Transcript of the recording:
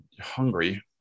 hungry